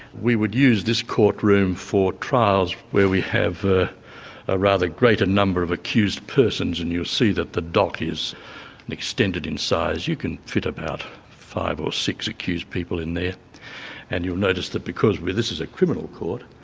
we would use this court room for trials where we have ah a rather greater number of accused persons, and you'll see that the dock is extended in size. you can fit about five or six accused people in there and you'll notice that because this is a criminal court,